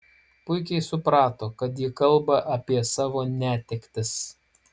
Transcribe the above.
puikiai suprato kad ji kalba apie savo netektis